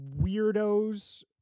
weirdos